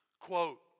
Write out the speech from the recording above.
Quote